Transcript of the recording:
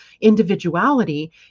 individuality